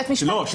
נכון.